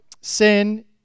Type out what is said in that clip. sin